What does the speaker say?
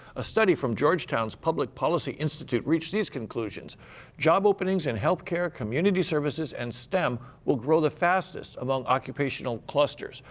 a study from georgetown's public policy institute reached these conclusions job openings in healthcare, community services, and stem will grow the fastest among occupational clusters.